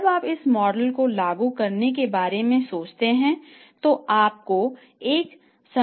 जब आप इस मॉडल को लागू करने के बारे में सोचते हैं तो आपको एक संरचना तैयार करनी होगी